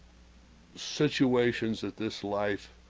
situations that this life